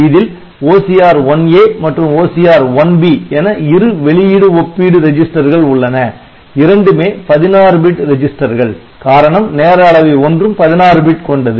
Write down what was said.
இதில் OCR1A மற்றும் OCR1B என இரு வெளியிடு ஒப்பீடு ரிஜிஸ்டர்கள் உள்ளன இரண்டுமே 16 பிட் ரெஜிஸ்டர்கள் காரணம் நேரஅளவி 1 ம் 16 பிட் கொண்டது